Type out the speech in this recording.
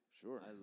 Sure